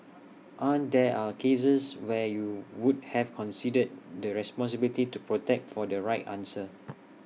aren't there cases where you would have considered the responsibility to protect for the right answer